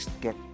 get